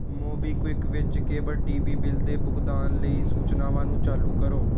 MobiKwik ਵਿੱਚ cable T V bill ਦੇ ਭੁਗਤਾਨ ਲਈ ਸੂਚਨਾਵਾਂ ਨੂੰ ਚਾਲੂ ਕਰੋ